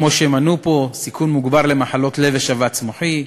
כמו שמנו פה: סיכון מוגבר למחלות לב ושבץ מוחי,